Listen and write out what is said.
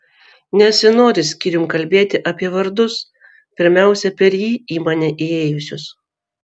nesinori skyrium kalbėti apie vardus pirmiausia per jį į mane įėjusius